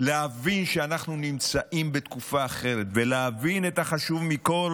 להבין שאנחנו נמצאים בתקופה אחרת ולהבין את החשוב מכול,